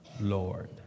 Lord